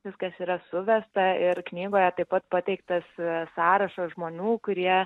viskas yra suvesta ir knygoje taip pat pateiktas sąrašas žmonių kurie